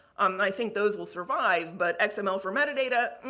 um and i think those will survive. but, xml for metadata,